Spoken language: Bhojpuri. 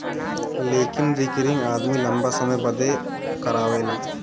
लेकिन रिकरिंग आदमी लंबा समय बदे करावेला